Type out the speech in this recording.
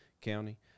County